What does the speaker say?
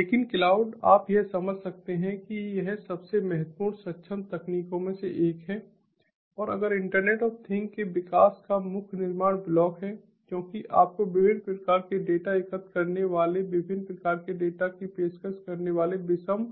लेकिन क्लाउड आप यह समझ सकते हैं कि यह सबसे महत्वपूर्ण सक्षम तकनीकों में से एक है या अगर इंटरनेट ऑफ थिंग्सके विकास का मुख्य निर्माण ब्लॉक है क्योंकि आपको विभिन्न प्रकार के डेटा एकत्र करने वाले विभिन्न प्रकार के डेटा की पेशकश करने वाले विषम